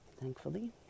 Thankfully